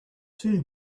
two